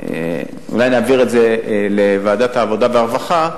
אולי נעביר את זה לוועדת העבודה והרווחה,